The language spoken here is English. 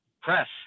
press